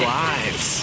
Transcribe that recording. lives